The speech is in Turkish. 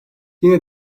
yine